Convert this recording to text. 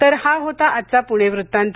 तर हा होता आजचा पुणे वृत्तांत